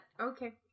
Okay